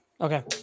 Okay